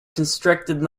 constructed